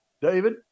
David